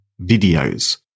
videos